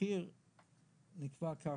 המחיר נקבע כך: